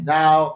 now